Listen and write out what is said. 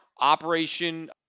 operation